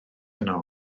yno